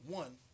one